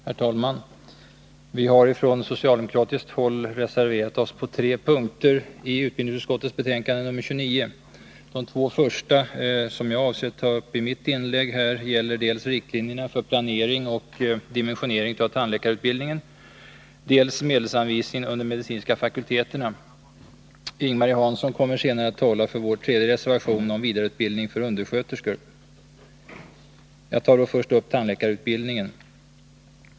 Herr talman! Vi har från socialdemokratiskt håll reserverat oss på tre punkter i utbildningsutskottets betänkande nr 29. De två första, som jag avser att ta upp i mitt inlägg, gäller dels riktlinjer för planering och dimensionering av tandläkarutbildningen, dels medelsanvisningen under de medicinska fakulteterna. Ing-Marie Hansson kommer senare att tala för vår tredje reservation, om vidareutbildning för undersköterskor. Jag tar först upp tandläkarutbildningen.